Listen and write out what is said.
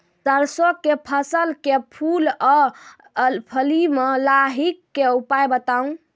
सरसों के फसल के फूल आ फली मे लाहीक के उपाय बताऊ?